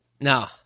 No